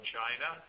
China